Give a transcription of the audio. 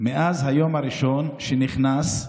מאז היום הראשון שנכנס,